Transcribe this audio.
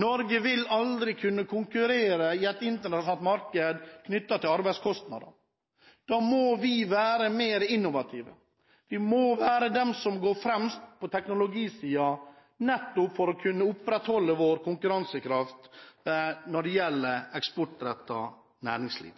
Norge vil aldri kunne konkurrere i et internasjonalt marked på grunn av arbeidskostnadene. Da må vi være mer innovative – vi må være blant dem som går fremst på teknologisiden for nettopp å kunne opprettholde vår konkurransekraft når det gjelder eksportrettet næringsliv.